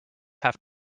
have